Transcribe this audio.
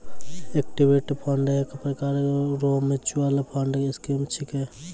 equity fund एक प्रकार रो मिच्युअल फंड स्कीम छिकै